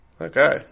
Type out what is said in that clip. Okay